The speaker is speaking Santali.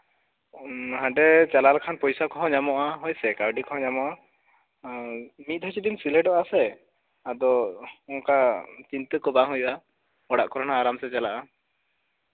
ᱦᱟᱱᱰᱮ ᱪᱟᱞᱟᱣ ᱞᱮᱠᱷᱟᱱ ᱯᱚᱭᱥᱟ ᱠᱚᱦᱚᱸ ᱧᱟᱢᱚᱜᱼᱟ ᱦᱳᱭᱥᱮ ᱠᱟᱹᱣᱰᱤ ᱠᱚᱦᱚᱸ ᱧᱟᱢᱚᱜᱼᱟ ᱢᱤᱫ ᱫᱷᱟᱣ ᱡᱚᱫᱤᱢ ᱥᱤᱞᱮᱠᱴᱚᱜᱼᱟ ᱥᱮ ᱪᱤᱱᱛᱟᱹ ᱠᱚ ᱵᱟᱝ ᱦᱩᱭᱩᱜᱼᱟ ᱚᱲᱟᱜ ᱠᱚᱨᱮᱱᱟᱜ ᱱᱟᱯᱟᱭ ᱛᱮ ᱪᱟᱞᱟᱜᱼᱟ